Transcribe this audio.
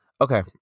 Okay